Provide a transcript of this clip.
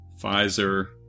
Pfizer